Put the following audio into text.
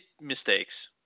mistakes